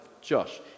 Josh